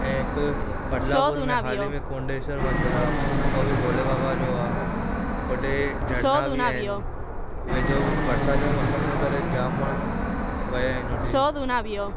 ऐं हिकु बदिलापुर में हाली में कोंडेश्वर मंदरु आहे उहो बि भोले बाबा जो आहे होॾे झरना बि आहिनि वेझो बरिसाति जे मौसम जे करे जाम माण्हूं विया आहिनि होॾे